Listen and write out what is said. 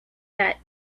that